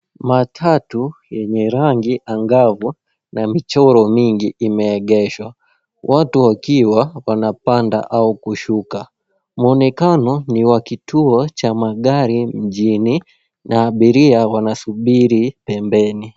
Matatu yenye rangi angavu na michoro mingi imeegeshwa. Watu wakiwa wanapanda au kushuka. Muonekano ni wa kituo cha magari mjini na abiria wanasubiri pembeni.